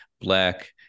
Black